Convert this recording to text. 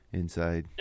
inside